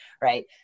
right